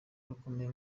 rukomeye